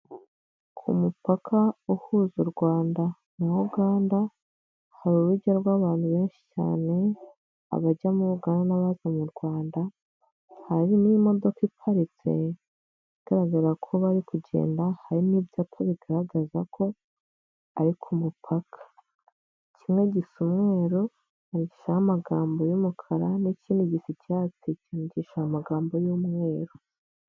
Ku mupaka uhuza u Rwanda na Uganda hari urujya rw'abantu benshi cyane, abajya muri uganda n'abaza mu Rwanda, hari n'imodoka iparitse igaragara ko bari kugenda ,hari n'ibyapa bigaragaza ko ari ku mupaka. Kimwe gisa umwero handiteho amagambo y'umukara n'ikindi gisa cyatsi cyanditseho amagambo y'umweru.